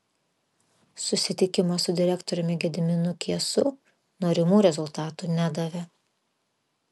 susitikimas su direktoriumi gediminu kiesu norimų rezultatų nedavė